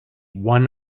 one